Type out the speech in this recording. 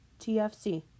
TFC